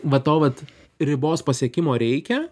va to vat ribos pasiekimo reikia